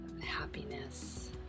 happiness